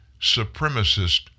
supremacist